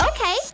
Okay